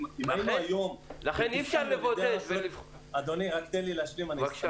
אם היינו היום --- לכן אי-אפשר לבודד --- אם היינו